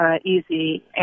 easy